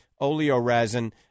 oleoresin